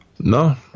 No